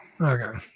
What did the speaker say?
Okay